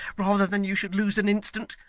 rather than you should lose an instant.